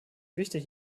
wichtig